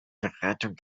beratung